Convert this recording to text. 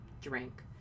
drink